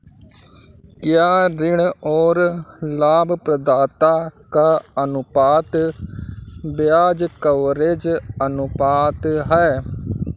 क्या ऋण और लाभप्रदाता का अनुपात ब्याज कवरेज अनुपात है?